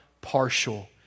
partial